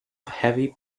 heavy